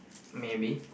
maybe